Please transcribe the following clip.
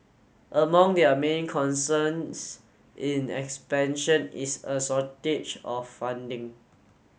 among their main concerns in expansion is a shortage of funding